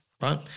right